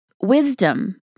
wisdom